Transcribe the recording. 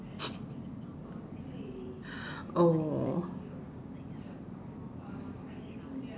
oh